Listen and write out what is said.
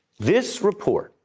this report,